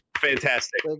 Fantastic